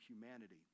humanity